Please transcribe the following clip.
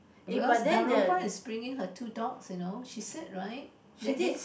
Darumpa is bringing her two dogs you know she said right that day